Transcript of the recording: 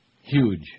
huge